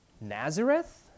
Nazareth